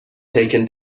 taken